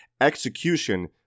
Execution